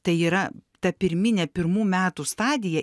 tai yra ta pirminė pirmų metų stadija